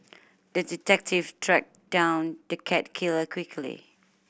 the detective tracked down the cat killer quickly